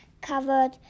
covered